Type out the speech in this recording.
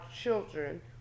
children